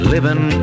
Living